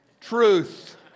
Truth